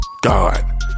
God